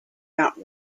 not